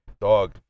Dog